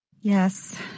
Yes